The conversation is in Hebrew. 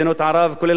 כולל גם הפלסטינים,